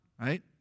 right